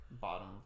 Bottom